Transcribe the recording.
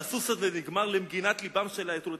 שהסוס הזה נגמר, למגינת לבם של האייטולות.